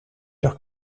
leur